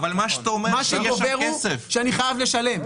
מה שגובר הוא שאני חייב לשלם.